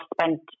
spent